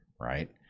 right